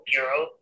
Bureau